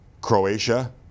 Croatia